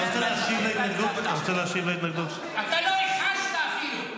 אתה רוצה להשיב על ההתנגדות -- אתה לא הכחשת אפילו.